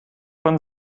von